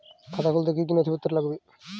খাতা খুলতে কি কি নথিপত্র লাগবে?